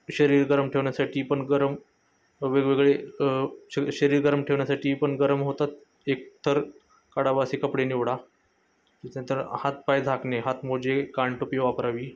शरीर गरम ठेवण्यासाठी पण गरम वेगवेगळे श शरीर गरम ठेवण्यासाठी पण गरम होतात एकतर काढावा असे कपडे निवडा त्याच्यानंतर हात पाय झाकणे हात मोजे कानटोपी वापरावी